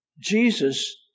Jesus